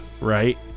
right